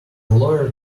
lawyer